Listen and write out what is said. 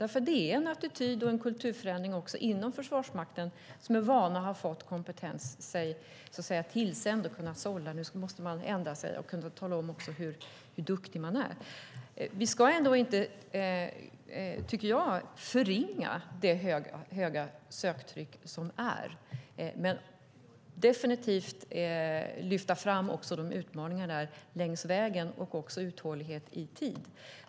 Det är nämligen en attityd och kulturförändring också inom Försvarsmakten, som är vana att så att säga få sig kompetens tillsänd och kunna sålla. Nu måste man ändra sig och också kunna tala om hur duktig man är. Jag tycker ändå inte att vi ska förringa det höga söktryck som är, men vi ska definitivt lyfta fram också de utmaningar som finns längs vägen och även uthållighet i tid.